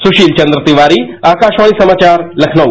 सुशील चन्द्र तिवारी आकाशवाणी समाचार लखनऊ